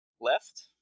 Left